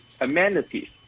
amenities